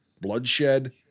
bloodshed